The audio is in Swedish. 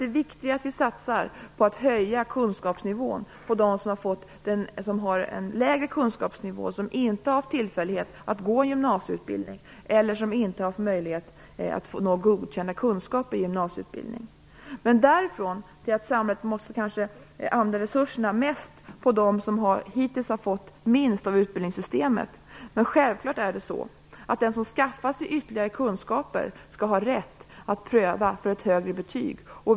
Det är viktigare att vi satsar på att höja kunskapsnivån hos dem som har en lägre kunskapsnivå, som inte haft tillfälle att gå en gymnasieutbildning eller inte nått godkända kunskaper i gymnasieutbildningen. Men även om samhället kanske måste använda resurserna mest på dem som hittills har fått minst av utbildningssystemet, är det självklart att den som skaffar sig ytterligare kunskaper skall ha rätt att pröva för ett högre betyg.